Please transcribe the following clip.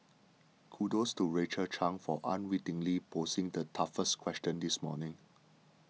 kudos to Rachel Chang for unwittingly posing the toughest question this morning